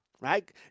Right